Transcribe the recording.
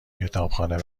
کتابخانه